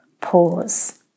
pause